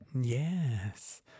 Yes